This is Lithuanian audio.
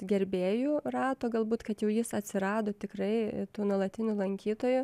gerbėjų rato galbūt kad jau jis atsirado tikrai tų nuolatinių lankytojų